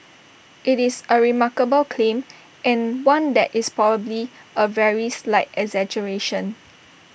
IT is A remarkable claim and one that is probably A very slight exaggeration